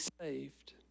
saved